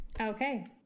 okay